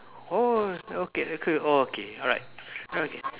oh okay okay okay alright okay